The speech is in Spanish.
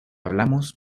hablamos